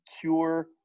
cure